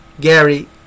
Gary